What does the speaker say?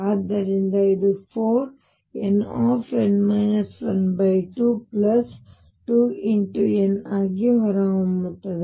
ಆದ್ದರಿಂದ ಇದು 4nn 122×n ಆಗಿ ಹೊರಹೊಮ್ಮುತ್ತದೆ